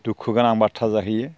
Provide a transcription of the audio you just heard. दुखुगोनां बाथ्रा जाहैयो